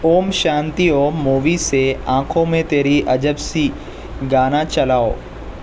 Om Shanti Om movie سے آنکھوں میں تیری عجب سی گانا چلاؤ